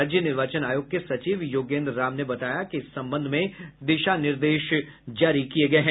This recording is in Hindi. राज्य निर्वाचन आयोग के सचिव योगेन्द्र राम ने बताया कि इस संबंध में दिशा निर्देश जारी किये गये हैं